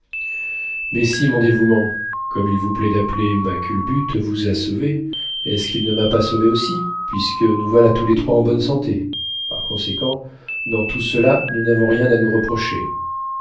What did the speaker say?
mais si mon dévouement comme il vous plaît d'appeler ma culbute vous a sauvés est-ce qu'il ne m'a pas sauvé aussi puisque nous voilà tous les trois en bonne santé par conséquent dans tout cela nous n'avons rien à nous reprocher